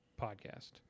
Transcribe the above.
podcast